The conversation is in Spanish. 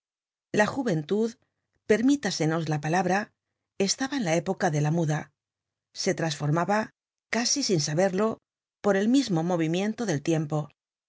la juventud permítasenos la palabra estaba en la época de la muda se trasformaba casi sin saberlo por el mismo movimiento del tiempo